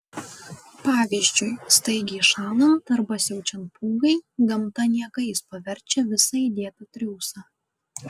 pavyzdžiui staigiai šąlant arba siaučiant pūgai gamta niekais paverčia visą įdėtą triūsą